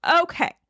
Okay